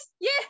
Yes